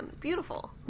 Beautiful